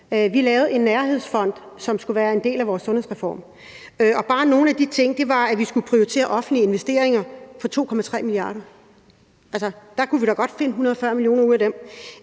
Vi lavede en nærhedsfond, som skulle være en del af vores sundhedsreform, og en af de ting, vi medtog, var, at vi skulle prioritere offentlige investeringer for 2,3 mia. kr. Ud af dem kunne vi da godt finde 140 mio. kr.